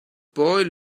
boy